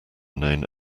known